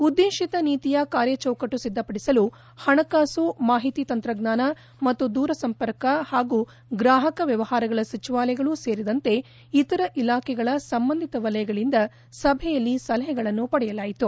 ಉದ್ದೇತಿತ ನೀತಿಯ ಕಾರ್ಯ ಚೌಕಟ್ಟು ಸಿದ್ದಪಡಿಸಲು ಪಣಕಾಸು ಮಾಹಿತಿ ತಂತ್ರಜ್ಞಾನ ಮತ್ತು ದೂರಸಂಪರ್ಕ ಹಾಗೂ ಗ್ರಾಹಕ ವ್ಯವಹಾರಗಳ ಸಚಿವಾಲಯಗಳೂ ಸೇರಿದಂತೆ ಇತರ ಇಲಾಖೆಗಳ ಸಂಬಂಧಿತ ವಲಯಗಳಿಂದ ಸಭೆಯಲ್ಲಿ ಸಲಹೆಗಳನ್ನು ಪಡೆಯಲಾಯಿತು